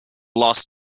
last